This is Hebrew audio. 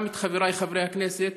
גם את חבריי חברי הכנסת,